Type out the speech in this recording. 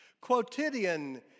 Quotidian